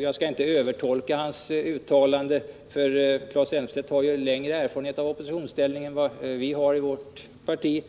Jag skall inte övertolka hans uttalande — Claes Elmstedt har ju längre erfarenhet av att vara i oppositionsställning än vad vi har i mitt parti.